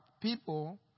people